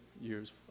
years